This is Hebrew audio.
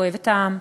אוהב את העם,